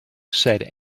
said